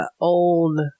old